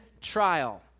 trial